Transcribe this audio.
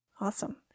Awesome